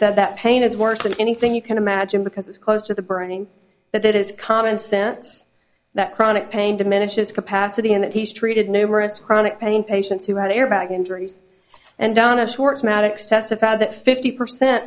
said that pain is worse than anything you can imagine because it's close to the burning that it is common sense that chronic pain diminish his capacity in that he's treated numerous chronic pain patients who had airbag injuries and done a short magic's testified that fifty percent